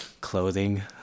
clothing